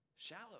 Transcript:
Shallow